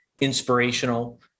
inspirational